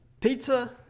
pizza